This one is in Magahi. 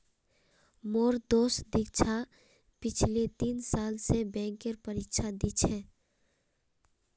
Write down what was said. मोर दोस्त दीक्षा पिछले तीन साल स बैंकेर परीक्षा दी छ